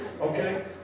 Okay